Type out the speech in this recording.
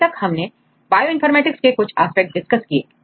अभी तक हमने बायोइनफॉर्मेटिक्स के कुछ aspect डिस्कस किए